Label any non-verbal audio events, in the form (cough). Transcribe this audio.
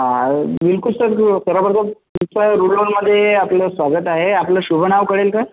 हां बिलकुल सर (unintelligible) मध्ये आपलं स्वागत आहे आपलं शुभ नाव कळेल का